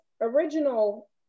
original